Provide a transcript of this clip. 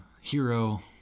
hero